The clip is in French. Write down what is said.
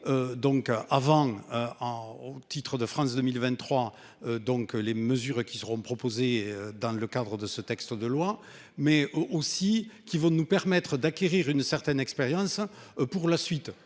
Donc avant. Au titre de France 2023. Donc les mesures qui seront proposées dans le cadre de ce texte de loi mais aussi qui vont nous permettre d'acquérir une certaine expérience pour la suite.